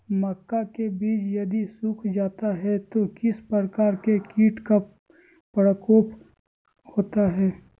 मक्का के बिज यदि सुख जाता है तो किस प्रकार के कीट का प्रकोप होता है?